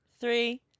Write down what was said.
three